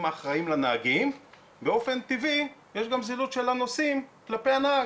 האחראים לנהגים באופן טבעי יש גם זילות של הנוסעים כלפי הנהג.